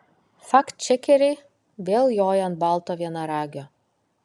faktčekeriai vėl joja ant balto vienaragio